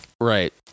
right